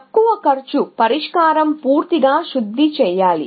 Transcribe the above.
తక్కువ కాస్ట్ పరిష్కారం ని పూర్తిగా శుద్ధి చేయాలి